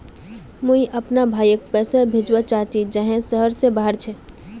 मुई अपना भाईक पैसा भेजवा चहची जहें शहर से बहार छे